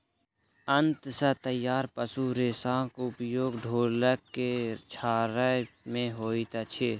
आंत सॅ तैयार पशु रेशाक उपयोग ढोलक के छाड़य मे होइत अछि